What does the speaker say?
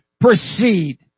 proceed